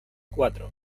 cuatro